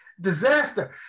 Disaster